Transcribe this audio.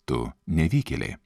tu nevykėlė